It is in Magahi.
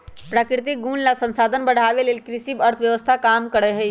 प्राकृतिक गुण आ संसाधन बढ़ाने लेल कृषि अर्थव्यवस्था काम करहइ